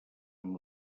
amb